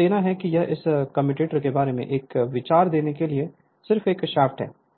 देना है तो यह इस कम्यूटेटर के बारे में एक विचार देने के लिए सिर्फ एक शाफ्ट है